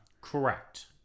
Correct